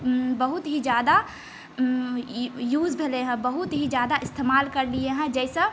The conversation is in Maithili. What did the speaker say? बहुत ही ज्यादा युज भेलै हँ बहुत ही ज्यादा इस्तमाल करलियै हन जाहिसँ